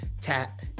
Tap